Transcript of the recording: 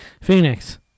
Phoenix